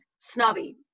snobby